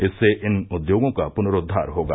इससे इन उद्योगों का पुनरोद्वार होगा